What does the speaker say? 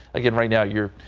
again right now year.